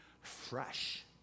fresh